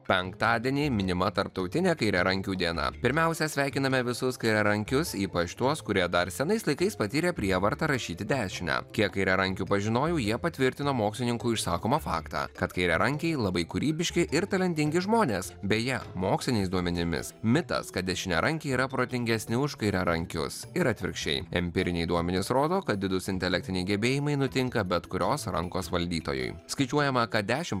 penktadienį minima tarptautinė kairiarankių diena pirmiausia sveikiname visus kairiarankius ypač tuos kurie dar senais laikais patyrė prievartą rašyti dešine kiek kairiarankių pažinojau jie patvirtino mokslininkų išsakomą faktą kad kairiarankiai labai kūrybiški ir talentingi žmonės beje moksliniais duomenimis mitas kad dešiniarankiai yra protingesni už kairiarankius ir atvirkščiai empiriniai duomenys rodo kad didūs intelektiniai gebėjimai nutinka bet kurios rankos valdytojui skaičiuojama kad dešimt